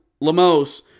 Lemos